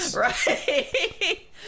Right